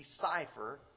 decipher